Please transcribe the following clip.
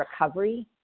recovery